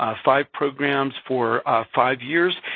ah five programs for five years.